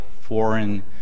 foreign